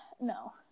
no